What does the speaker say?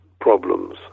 problems